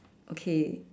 okay